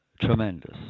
tremendous